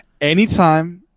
Anytime